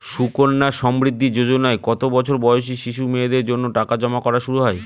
সুকন্যা সমৃদ্ধি যোজনায় কত বছর বয়সী শিশু মেয়েদের জন্য টাকা জমা করা শুরু হয়?